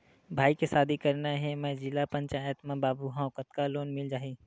भाई के शादी करना हे मैं जिला पंचायत मा बाबू हाव कतका लोन मिल जाही?